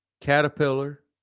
Caterpillar